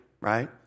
right